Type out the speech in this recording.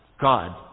God